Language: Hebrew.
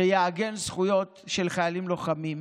שיעגן זכויות של חיילים לוחמים.